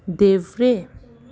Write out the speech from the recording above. देव्रे